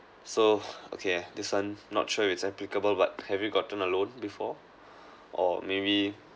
so okay this one not sure it's applicable but have you gotten a loan before or maybe